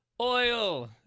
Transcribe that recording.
oil